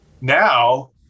Now